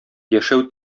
яшәү